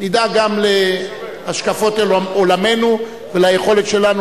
נדאג גם להשקפות עולמנו וליכולת שלנו